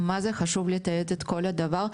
שזה חשוב לתעד את כל הדבר,